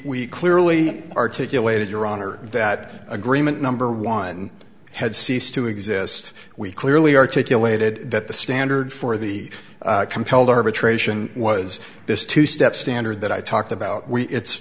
we clearly articulated your honor that agreement number one had ceased to exist we clearly articulated that the standard for the compelled arbitration was this two step standard that i talked about we it's